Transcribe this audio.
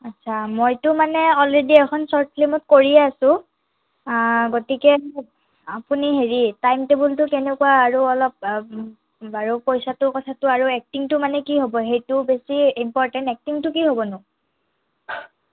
আচ্ছা মইতো মানে অলৰেদি এখন শ্বৰ্ট ফিল্মত কৰিয়ে আছোঁ গতিকে আপুনি হেৰি টাইম টেবুলটো কেনেকুৱা আৰু অলপ বাৰু পইচাটো কথাটো আৰু এক্টিঙটো মানে কি হ'ব সেইটো বেছি ইম্পৰ্টেণ্ট এক্টিঙটো কি হ'বনো